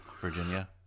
Virginia